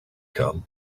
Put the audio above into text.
come